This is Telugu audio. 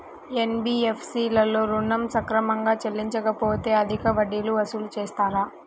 ఎన్.బీ.ఎఫ్.సి లలో ఋణం సక్రమంగా చెల్లించలేకపోతె అధిక వడ్డీలు వసూలు చేస్తారా?